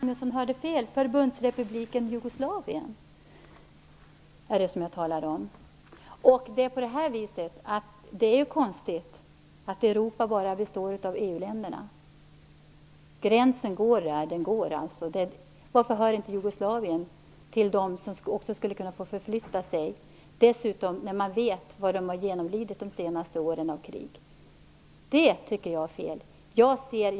Herr talman! Göran Magnusson hörde fel. Jag talade om Förbundsrepubliken Jugoslavien. Det är konstigt att Europa består av bara EU-länderna. Gränsen går där den går. Varför hör inte Jugoslavien till de länder varifrån människor får förflytta sig? Dessutom borde man tänka på vad människorna har genomlidit under de senaste åren med krig. Jag tycker att detta är fel.